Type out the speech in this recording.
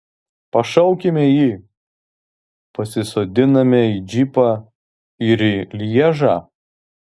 pašaukiame jį pasisodiname į džipą ir į lježą